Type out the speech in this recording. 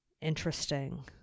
interesting